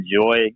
enjoy –